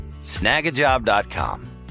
snagajob.com